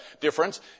difference